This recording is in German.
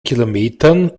kilometern